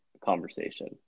conversation